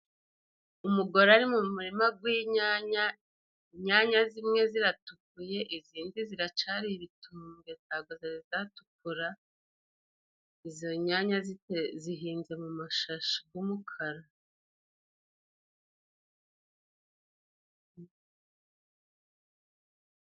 Umugore ari mu murima gw'inyanya, inyanya zimwe ziratukuye izindi ziracari ibitubwe ntabwo ziratukura. Iizo nyanya zihinze mu mashashi y'umukara.